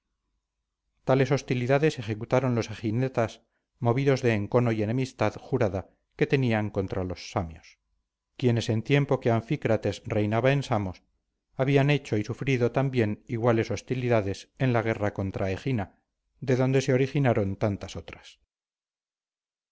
tales hostilidades ejecutaron los eginetas movidos de encono y enemistad jurada que tenían contra los samios quienes en tiempo que anfícrates reinaba en samos habían hecho y sufrido también iguales hostilidades en la guerra contra egina de donde se originaron tantas otras